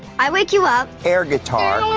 i wake you up. air guitar.